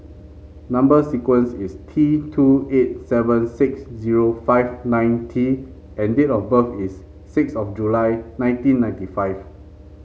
number sequence is T two eight seven six zero five nine T and date of birth is six of July nineteen ninety five